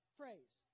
phrase